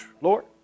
Lord